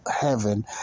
heaven